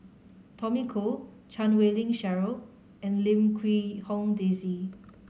Tommy Koh Chan Wei Ling Cheryl and Lim Quee Hong Daisy